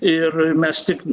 ir mes tik